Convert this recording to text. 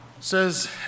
says